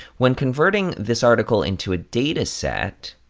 when converting this article into a dataset,